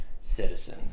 citizen